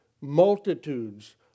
Multitudes